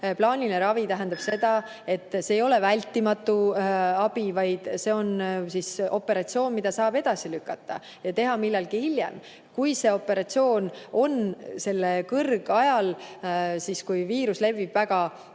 Plaaniline ravi tähendab seda, et see ei ole vältimatu abi, vaid see on operatsioon, mida saab edasi lükata ja teha millalgi hiljem. Kui aga operatsioon on sellel kõrgajal, kui viirus levib väga